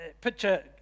Picture